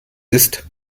ist